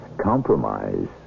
compromise